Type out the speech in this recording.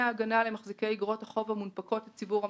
ההגנה למחזיקי אגרות החוב המונפקות לציבור המשקיעים.